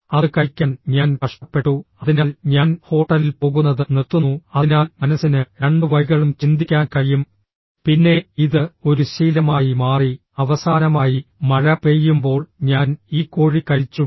അത് കഴിക്കാൻ ഞാൻ കഷ്ടപ്പെട്ടു അതിനാൽ ഞാൻ ഹോട്ടലിൽ പോകുന്നത് നിർത്തുന്നു അതിനാൽ മനസ്സിന് രണ്ട് വഴികളും ചിന്തിക്കാൻ കഴിയും പിന്നെ ഇത് ഒരു ശീലമായി മാറി അവസാനമായി മഴ പെയ്യുമ്പോൾ ഞാൻ ഈ കോഴി കഴിച്ചു